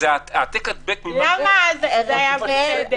זה העתק הדבק מתוקפת של סגר.